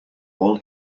all